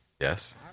Yes